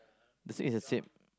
the same it's the same